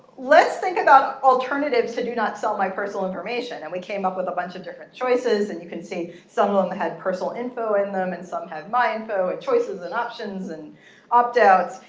let's think about alternatives to do not sell my personal information. and we came up with a bunch of different choices. you can see some of them had personal info in them. and some had my info, ah choices, and options, and opt outs.